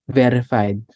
verified